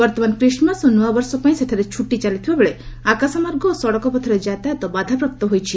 ବର୍ତ୍ତମାନ କିସ୍ମାସ୍ ଓ ନୁଆବର୍ଷ ପାଇଁ ସେଠାରେ ଛ୍ରଟି ଚାଲିଥିବାବେଳେ ଆକାଶମାର୍ଗ ଓ ସଡ଼କପଥରେ ଯାତାୟତ ବାଧାପ୍ରାପ୍ତ ହୋଇଛି